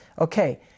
okay